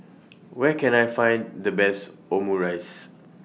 Where Can I Find The Best Omurice